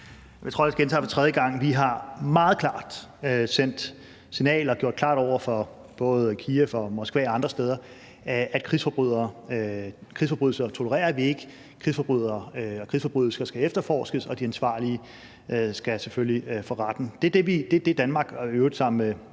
Nu tror jeg, jeg gentager det for tredje gang: Vi har meget klart sendt et signal og gjort klart over for både Kyiv og Moskva og andre steder, at krigsforbrydelser tolererer vi ikke, krigsforbrydelser skal efterforskes, og de ansvarlige skal selvfølgelig for retten. Det er det, Danmark, i øvrigt sammen